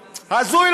הזוי?